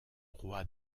roi